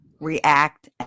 react